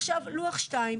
עכשיו, לוח2,